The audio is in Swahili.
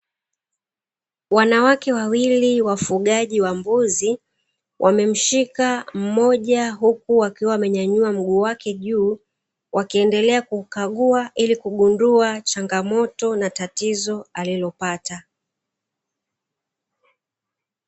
Wanawake wawili wafugaji wa mbuzi wamemshika mmoja huku wakiwa wamenyanyua mguu wake juu, wakiendelea kuukagua ili kugundua changamoto na tatizo alilopata.